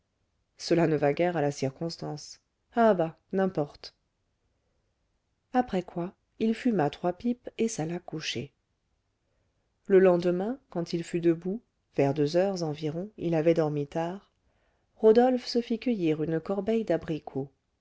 cela ne va guère à la circonstance ah bah n'importe après quoi il fuma trois pipes et s'alla coucher le lendemain quand il fut debout vers deux heures environ il avait dormi tard rodolphe se fit cueillir une corbeille d'abricots